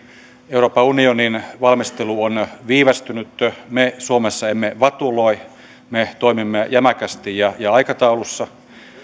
euroopan unionin valmistelu on viivästynyt me suomessa emme vatuloi me toimimme jämäkästi ja aikataulussa